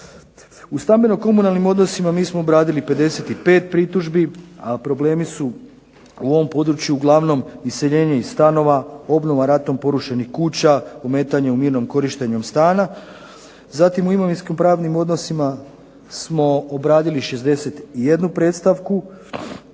U stambeno-komunalnim odnosima mi smo obradili 55 pritužbi, a problemi su u ovom području uglavnom iseljenje iz stanova, obnova ratom porušenih kuća, ometanje u mirnom korištenjem stana. Zatim u imovinsko-pravnim odnosima smo obradili 61 predstavku,